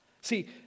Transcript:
See